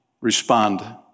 respond